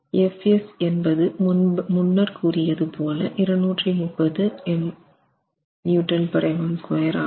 Fs என்பது முன்னர் கூறியது போல் 230 MPa ஆகும்